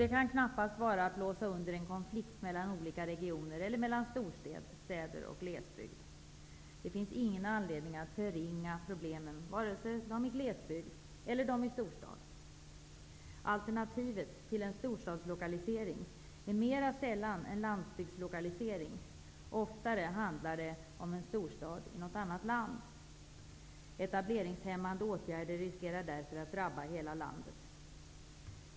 Det kan knappast vara att blåsa under en konflikt mellan olika regioner eller mellan storstäder och glesbygd. Det finns ingen anledning att förringa problemen vare sig i glesbygd eller i storstad. Alternativet till en storstadslokalisering är mer sällan en landsbygdslokalisering. Oftare handlar det om en storstad i ett annat land. Etableringshämmande åtgärder riskerar därför att drabba hela landet.